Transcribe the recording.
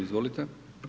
Izvolite.